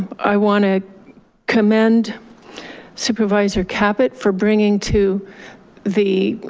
i wanna commend supervisor caput for bringing to the